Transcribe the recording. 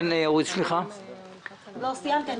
סיימתי.